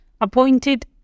appointed